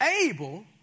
Able